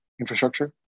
infrastructure